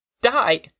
die